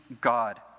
God